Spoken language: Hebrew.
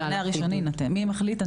מי מחליט?